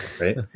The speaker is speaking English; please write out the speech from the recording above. Right